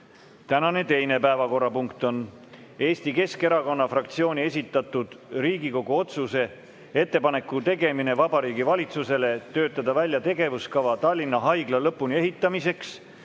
panen hääletusele Eesti Keskerakonna fraktsiooni esitatud Riigikogu otsuse "Ettepaneku tegemine Vabariigi Valitsusele töötada välja tegevuskava Tallinna Haigla lõpuni ehitamiseks,